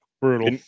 brutal